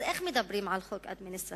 אז איך מדברים על חוק אדמיניסטרטיבי